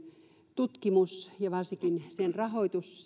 tutkimus ja varsinkin sen rahoitus